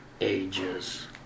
Ages